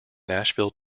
nashville